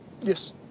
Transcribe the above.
Yes